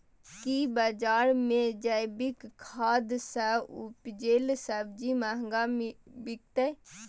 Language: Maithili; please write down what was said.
की बजार मे जैविक खाद सॅ उपजेल सब्जी महंगा बिकतै?